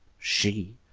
she,